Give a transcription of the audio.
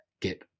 get